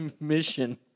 mission